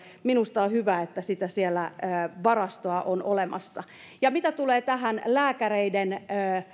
minusta on hyvä että sitä varastoa siellä on olemassa ja mitä tulee tähän lääkäreiden